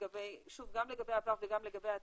גם לגבי עבר וגם לגבי העתיד,